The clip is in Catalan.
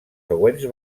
següents